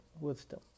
Wisdom